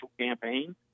campaign